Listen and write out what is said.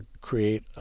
create